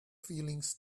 feelings